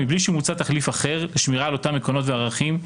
מבלי שמוצע תחליף אחר לשמירה על אותם עקרונות וערכים,